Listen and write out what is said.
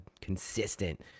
consistent